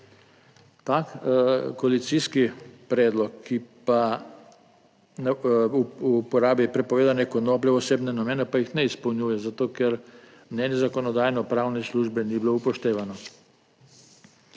Ta koalicijski predlog, ki pa, o uporabi prepovedane konoplje v osebne namene pa jih ne izpolnjuje zato, ker mnenje Zakonodajno-pravne službe ni bilo upoštevano.